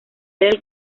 del